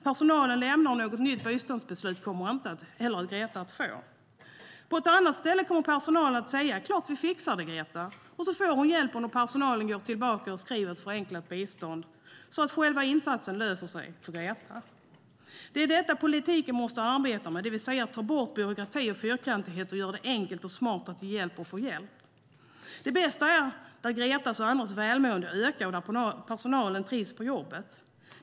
Personalen lämnar, och något nytt biståndsbeslut kommer Greta inte heller att få. På ett annat ställe kommer personalen att säga: Klart, vi fixar det, Greta. Och så får hon hjälpen, och personalen går tillbaka och skriver ett förenklat biståndsbeslut så att det löser sig med själva insatsen för Greta. Det är detta politiken måste arbeta med, det vill säga att ta bort byråkrati och fyrkantigheter och göra det enkelt och smart att ge hjälp och få hjälp. Det bästa är där Gretas och andras välmående ökar och där personalen trivs på jobbet.